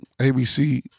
ABC